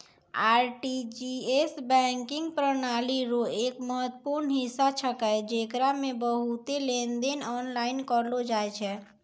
RTGS banking प्रणाली रो एक महत्वपूर्ण हिस्सा छेकै जेकरा मे बहुते लेनदेन आनलाइन करलो जाय छै